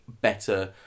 better